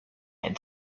had